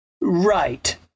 Right